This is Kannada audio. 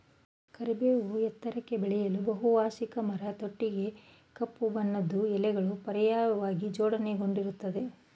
ಕರಿಬೇವು ಎತ್ತರಕ್ಕೆ ಬೆಳೆಯೋ ಬಹುವಾರ್ಷಿಕ ಮರ ತೊಗಟೆ ಕಪ್ಪು ಬಣ್ಣದ್ದು ಎಲೆಗಳು ಪರ್ಯಾಯವಾಗಿ ಜೋಡಣೆಗೊಂಡಿರ್ತದೆ